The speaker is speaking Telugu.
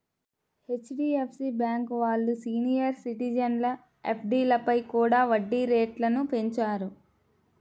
హెచ్.డి.ఎఫ్.సి బ్యేంకు వాళ్ళు సీనియర్ సిటిజన్ల ఎఫ్డీలపై కూడా వడ్డీ రేట్లను పెంచారు